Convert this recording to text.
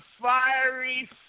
fiery